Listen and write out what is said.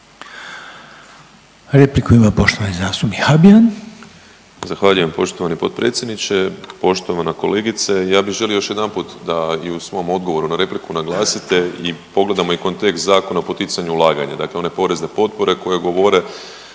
Repliku ima poštovani zastupnik Habijan. **Habijan, Damir (HDZ)** Zahvaljujem poštovani potpredsjedniče. Poštovana kolegice, ja bi želio još jedanput da i u svom odgovoru na repliku naglasite i pogledamo i kontekst zakona o poticanju ulaganja, dakle one porezne potpore koje govore